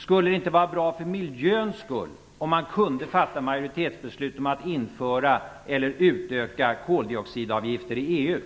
Skulle det inte vara bra för miljöns skull, om man kunde fatta majoritetsbeslut om att införa eller utöka koldioxidavgifter i EU?